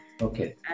Okay